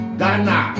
Ghana